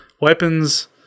weapons